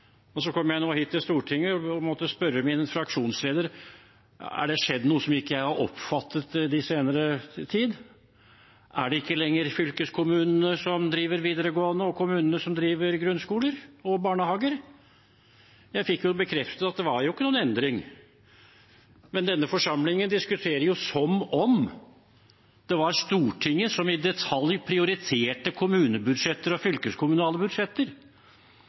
ansvar. Så kom jeg hit til Stortinget og måtte spørre min fraksjonsleder: Har det skjedd noe i senere tid som ikke jeg har oppfattet? Er det ikke lenger fylkeskommunene som driver videregående skoler, og kommuner som driver grunnskoler og barnehager? Jeg fikk bekreftet at det ikke var noen endring. Men denne forsamlingen diskuterer jo som om det var Stortinget som i detalj prioriterte kommunebudsjetter og fylkeskommunale budsjetter.